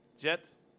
Jets